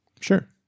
Sure